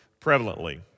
prevalently